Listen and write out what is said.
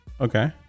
Okay